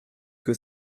que